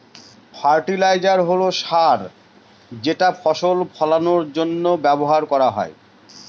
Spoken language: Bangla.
ফার্টিলাইজার হল সার যেটা ফসল ফলানের জন্য ব্যবহার করা হয়